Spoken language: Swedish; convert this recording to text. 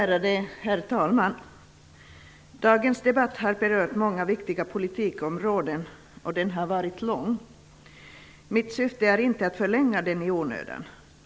Herr talman! Dagens debatt har berört många viktiga politikområden och den har varit lång. Mitt syfte är inte att förlänga den i onödan.